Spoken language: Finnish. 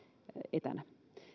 etänä